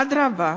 אדרבה,